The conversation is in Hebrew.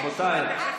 רבותיי.